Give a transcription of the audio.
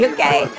Okay